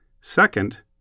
Second